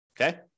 Okay